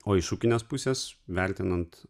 o iš ūkinės pusės vertinant